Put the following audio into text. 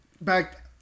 back